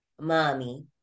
mommy